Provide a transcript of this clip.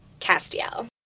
Castiel